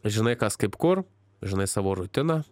žinai kas kaip kur žinai savo rutiną